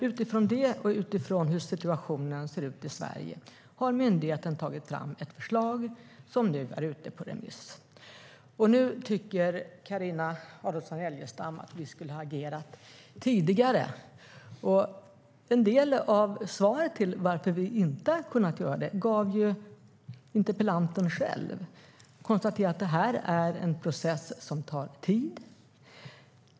Utifrån detta och utifrån hur situationen ser ut i Sverige har myndigheten tagit fram ett förslag som nu är ute på remiss. Nu tycker Carina Adolfsson Elgestam att vi skulle ha agerat tidigare. En del av svaret på varför vi inte har kunnat göra det gav interpellanten själv när hon konstaterar att detta är en process som tar tid.